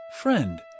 Friend